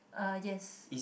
uh yes